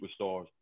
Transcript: superstars